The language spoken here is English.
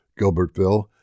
Gilbertville